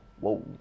whoa